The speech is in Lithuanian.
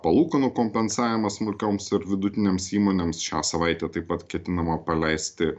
palūkanų kompensavimas smulkioms ir vidutinėms įmonėms šią savaitę taip pat ketinama paleisti